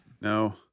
No